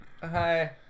hi